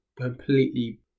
completely